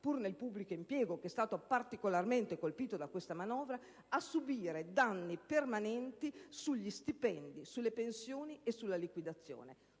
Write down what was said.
nel pubblico impiego che è stato particolarmente colpito da questa manovra, a subire danni permanenti sugli stipendi, sulle pensioni e sulla liquidazione.